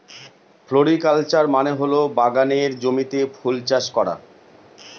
floriculture মানে হল বাগানের জমিতে ফুল চাষ করা